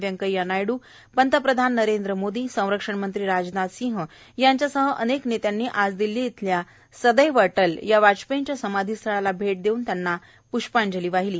व्यंकैय्या नायडू प्रधानमंत्री नरेंद्र मोदी संरक्षणंत्री राजनाथसिंह यांच्यासह अनेक नेत्यांनी आज दिल्ली इथल्या सदैव अटल या वाजपेयींच्या समाधीस्थळाला भेट देऊन त्यांना प्ष्पांजली वाहिली आहे